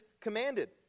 commanded